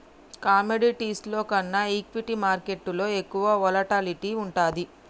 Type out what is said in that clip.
కమోడిటీస్లో కన్నా ఈక్విటీ మార్కెట్టులో ఎక్కువ వోలటాలిటీ వుంటది